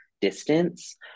distance